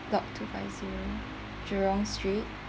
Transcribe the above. to block two five zero Jurong street